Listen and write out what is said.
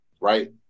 right